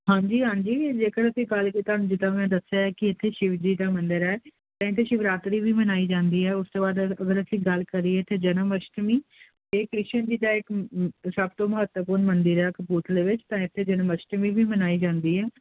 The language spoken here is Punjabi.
ਹਾਂਜੀ ਹਾਂਜੀ ਜੇਕਰ ਅਸੀਂ ਗੱਲ ਤੁਹਾਨੂੰ ਜਿੱਦਾਂ ਮੈਂ ਦੱਸਿਆ ਕਿ ਇੱਥੇ ਸ਼ਿਵਜੀ ਦਾ ਮੰਦਰ ਹੈ ਟੈਂਕ ਸ਼ਿਵਰਾਤਰੀ ਵੀ ਮਨਾਈ ਜਾਂਦੀ ਹ ਉਸ ਤੋਂ ਬਾਅਦ ਅਗਰ ਅਸੀਂ ਗੱਲ ਕਰੀਏ ਤੇ ਜਨਮ ਅਸ਼ਟਮੀ ਤੇ ਕ੍ਰਿਸ਼ਨ ਜੀ ਦਾ ਇੱਕ ਸਭ ਤੋਂ ਮਹੱਤਵਪੂਰਨ ਮੰਦੀ ਦਾ ਕਪੂਰਥਲੇ ਵਿੱਚ ਤਾਂ ਇੱਥੇ ਜਨਮਸ਼ਟਮੀ ਵੀ ਮਨਾਈ ਜਾਂਦੀ ਹੈ